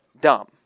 dumb